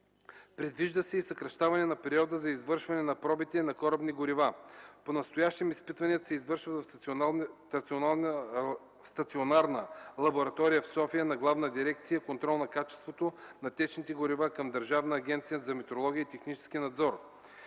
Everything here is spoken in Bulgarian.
Предвижда се и съкращаване на периода за изпитване на пробите на корабни горива. Понастоящем изпитванията се извършват в стационарната лаборатория в София на Главна дирекция „Контрол на качеството на течните горива” към Държавната агенция за метрологичен и технически надзор.